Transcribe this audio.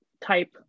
type